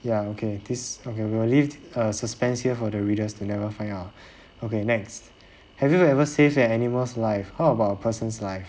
ya okay this okay will leave a suspense here for the readers to never find okay next have you ever save an animal's life how about a person's life